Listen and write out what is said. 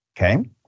Okay